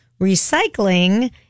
recycling